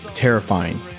terrifying